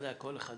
כל אחד